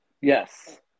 Yes